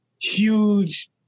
huge